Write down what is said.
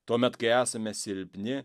tuomet kai esame silpni